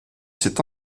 s’est